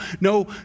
no